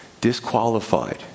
Disqualified